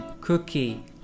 cookie